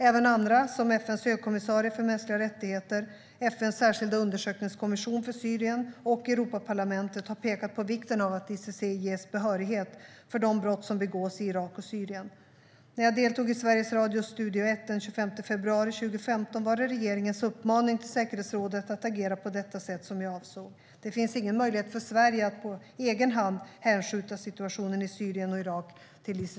Även andra, såsom FN:s högkommissarie för mänskliga rättigheter, FN:s särskilda undersökningskommission för Syrien och Europaparlamentet, har pekat på vikten av att ICC ges behörighet för de brott som begås i Irak och Syrien. När jag deltog i Sveriges Radios Studio Ett den 25 februari 2015 var det regeringens uppmaning till säkerhetsrådet att agera på detta sätt som jag avsåg. Det finns ingen möjlighet för Sverige att på egen hand hänskjuta situationen i Syrien och Irak till ICC.